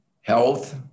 health